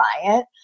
client